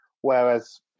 Whereas